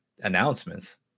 announcements